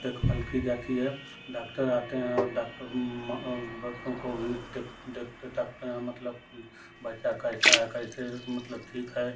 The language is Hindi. देखभाल की जाती है डॉक्टर आते हैं और डॉक्टर रूम में ऊ बच्चों को भी देख देखते ताकते हैं मतलब कि बच्चा कैसा है कैसे मतलब ठीक है